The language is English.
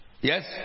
Yes